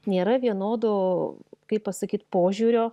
nėra vienodo kaip pasakyt požiūrio